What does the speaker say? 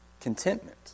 Contentment